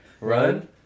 Run